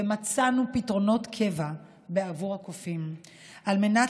ומצאנו פתרונות קבע בעבור הקופים על מנת